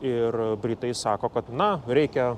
ir britai sako kad na reikia